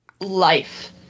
life